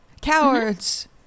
Cowards